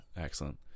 excellent